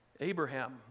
Abraham